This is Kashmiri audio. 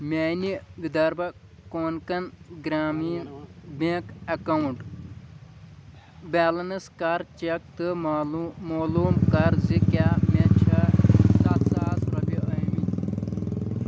میانہِ Vidarbha Konkan Gramin bank account balance کَر چیٚک تہٕ معلوٗم مولوٗم کَر زِ کیٛاہ مےٚ چھےٚ سَتھ ساس رۄپیہِ آمٕتۍ